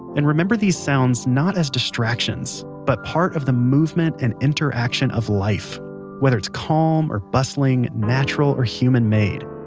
and remember these sounds not as distractions, but part of the movement and interaction of life whether it's calm or bustling, natural or human made.